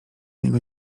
niego